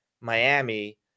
Miami